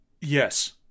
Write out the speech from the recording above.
Yes